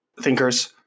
thinkers